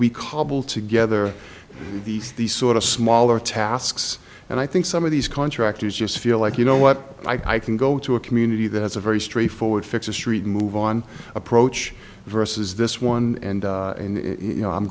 cobble together these these sort of smaller tasks and i think some of these contractors just feel like you know what i can go to a community that has a very straightforward fix a street move on approach versus this one and in you know i'm